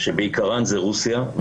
שבעיקרן זה רוסיה,